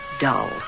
dull